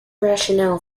rationale